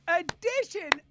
edition